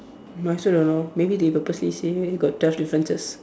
I also don't know maybe they purposely say got twelve differences